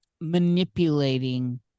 manipulating